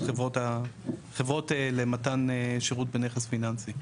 חברות למתן שירות בנכס פיננסי.